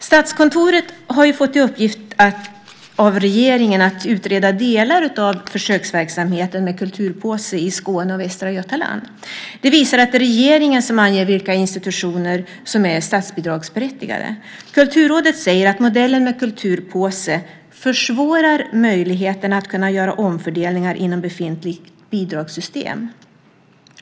Statskontoret har ju fått i uppgift av regeringen att utreda delar av försöksverksamheten med kulturpåse i Skåne och Västra Götaland. Det visar att det är regeringen som anger vilka institutioner som är statsbidragsberättigade. Kulturrådet säger att modellen med kulturpåse "försvårar möjligheten att kunna göra omfördelningar inom befintliga bidragssystem".